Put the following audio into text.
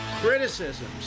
criticisms